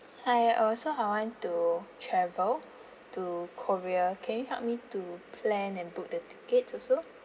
hi uh so I want to travel to korea can you help me to plan and book the tickets also